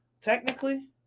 technically